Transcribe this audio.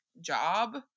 job